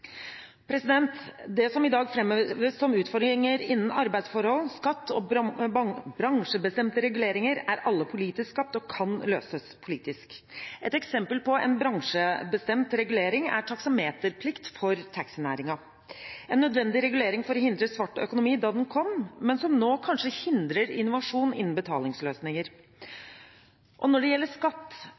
Det som i dag framheves som utfordringer innen arbeidsforhold, skatt og bransjebestemte reguleringer, er alle politisk skapt og kan løses politisk. Et eksempel på en bransjebestemt regulering er taksameterplikt for taxinæringen, en nødvendig regulering for å hindre svart økonomi da den kom, men som nå kanskje hindrer innovasjon innen betalingsløsninger. Når det gjelder skatt,